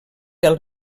del